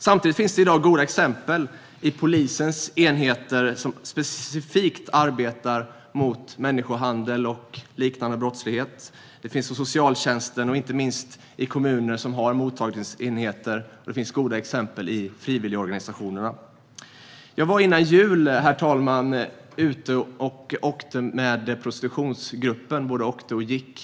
Samtidigt finns det i dag goda exempel hos polisens enheter som specifikt arbetar mot människohandel och liknande brottslighet, hos socialtjänsten, hos frivilligorganisationerna och inte minst hos de kommuner som har mottagningsenheter. Före jul, herr talman, var jag ute och både åkte och gick med prostitutionsgruppen.